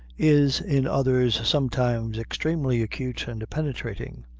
is in others sometimes extremely acute and penetrating.